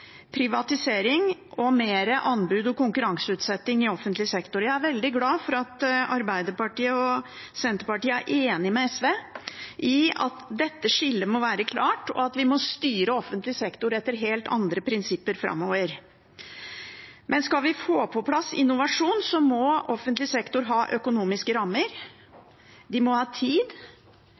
privatisering og mer anbud og konkurranseutsetting i offentlig sektor. Jeg er veldig glad for at Arbeiderpartiet og Senterpartiet er enig med SV i at dette skillet må være klart, og at vi må styre offentlig sektor etter helt andre prinsipper framover. Skal vi få på plass innovasjon, må offentlig sektor ha økonomiske rammer, de må ha tid,